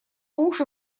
уши